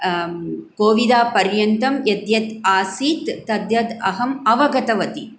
कोविदा पर्यन्तं यद्यत् आसीत् तत्तत् अहम् अवगतवती